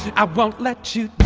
i won't let you